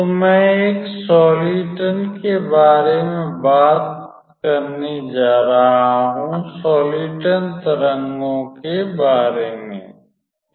तो मैं एक सॉलिटॉन के बारे में बात करने जा रहा हूं सॉलिटॉन तरंगों के बारे मेँ